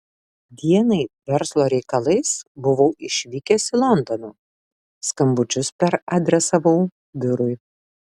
dienai verslo reikalais buvau išvykęs į londoną skambučius peradresavau biurui